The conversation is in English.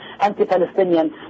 anti-Palestinian